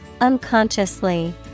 Unconsciously